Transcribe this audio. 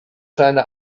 seine